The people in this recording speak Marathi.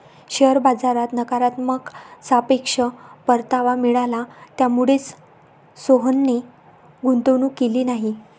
शेअर बाजारात नकारात्मक सापेक्ष परतावा मिळाला, त्यामुळेच सोहनने गुंतवणूक केली नाही